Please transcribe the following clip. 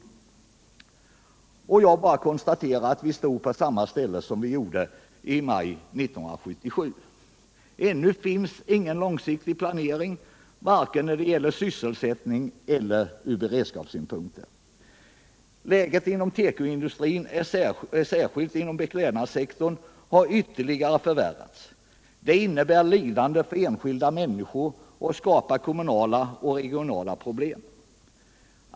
Men nu kan jag bara konstatera att vi står på samma ställe som vi gjorde i maj 1977. Ännu finns ingen långsiktig planering för vare sig sysselsättningen eller försörjningsberedskapen. Läget inom tekoindustrin, särskilt jnom beklädnadssektorn, har ytterligare förvärrats. Det medför lidande för enskilda människor, och det skapar kommunala och regionala problem.